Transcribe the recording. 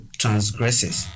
transgresses